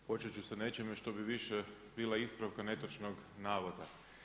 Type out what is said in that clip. Počet ću sa nečim što bi više bila ispravka netočnog navoda.